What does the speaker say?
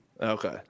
okay